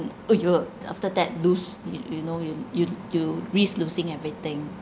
!eeyer! after that lose you you know you you you risk losing everything